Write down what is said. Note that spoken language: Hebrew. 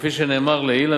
כפי שנאמר לעיל.